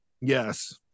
Yes